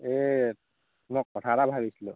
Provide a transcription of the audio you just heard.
এই মই কথা এটা ভাবিছিলোঁ